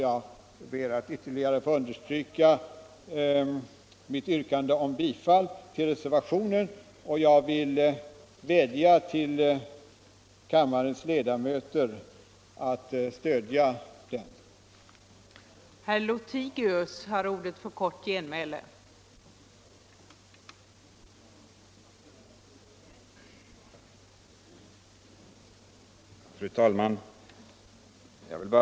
Jag ber att ytterligare få understryka mitt yrkande om bifall till reservationen, och jag vädjar till kammarens ledamöter att stödja denna.